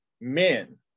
men